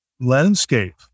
landscape